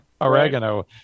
Oregano